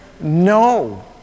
no